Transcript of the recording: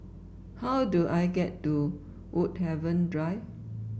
how do I get to Woodhaven Drive